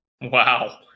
Wow